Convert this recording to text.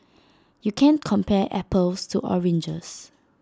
you can't compare apples to oranges